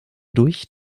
durch